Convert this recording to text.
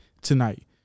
tonight